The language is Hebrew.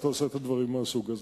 כשאתה עושה את הדברים מהסוג הזה.